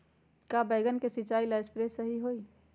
का बैगन के सिचाई ला सप्रे सही होई?